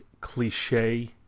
cliche